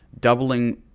doubling